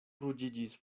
ruĝiĝis